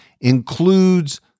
includes